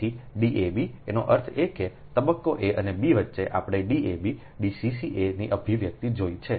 તેથી d અબએનો અર્થ એ કે તબક્કો a અને b વચ્ચે આપણે D a b D c c a ની અભિવ્યક્તિ જોઈ છે